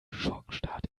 schurkenstaat